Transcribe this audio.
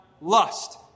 lust